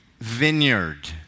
vineyard